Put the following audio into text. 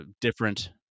different